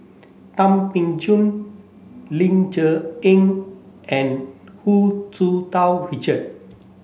Thum Ping Tjin Ling Cher Eng and Hu Tsu Tau Richard